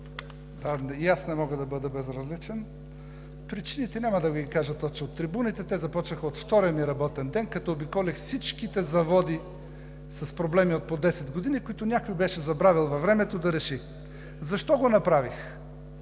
И аз не мога да бъда безразличен. Причините няма да Ви ги кажа точно от трибуната, те започнаха от втория ми работен ден, като обиколих всичките заводи с проблеми от по 10 години, които някой беше забравил да реши във времето. Защо го направих?